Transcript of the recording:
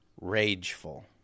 rageful